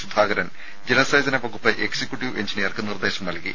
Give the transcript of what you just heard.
സുധാകരൻ ജലസേചന വകുപ്പ് എക്സിക്യുട്ടീവ് എഞ്ചിനീയർക്ക് നിർദ്ദേശം നൽകി